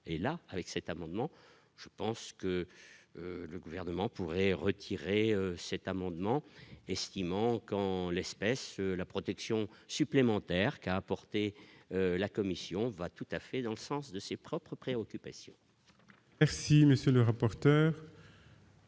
et là, avec cet amendement, je pense que le gouvernement pourrait retirer cet amendement, estimant qu'en l'espèce, la protection supplémentaire qu'a apporté la Commission va tout à fait dans le sens de ses propres préoccupations. Merci, monsieur le rapporteur.